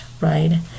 right